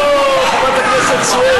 הזאת היא תופעה חברתית פסולה.